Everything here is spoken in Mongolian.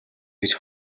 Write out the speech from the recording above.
гэж